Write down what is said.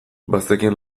bazekien